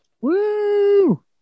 woo